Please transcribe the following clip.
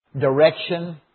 direction